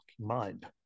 mind